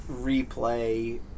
replay